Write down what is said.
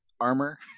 armor